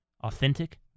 authentic